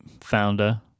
Founder